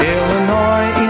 Illinois